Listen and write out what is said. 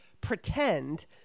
pretend